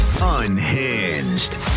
unhinged